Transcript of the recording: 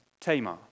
Tamar